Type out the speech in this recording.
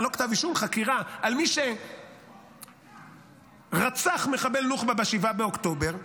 חקירה של מי שרצח מחבל נוח'בה ב-7 באוקטובר.